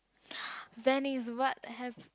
Venice what have